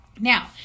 now